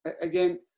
again